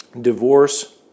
divorce